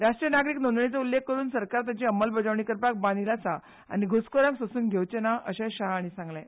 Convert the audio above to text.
राष्ट्रीय नागरीक नोंदणीचो उल्लेख करून सरकार ताची अंमलबजावणी करपाक बांदील आसा आनी घुसखोरांक सोंसून घेवचे ना अशेंय शहा हांणी सांगलें